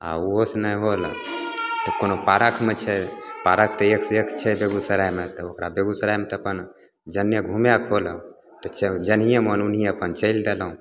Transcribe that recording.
आओर ओहोसे नहि होल तऽ कोनो पार्कमे छै पार्क तऽ एकसे एक छै बेगूसरायमे तऽ ओकरा बेगूसरायमे तऽ अपन जेन्ने घुमैके होल तऽ जेनही मोन ओनही अपन चलि देलहुँ